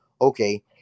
Okay